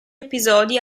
episodi